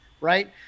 right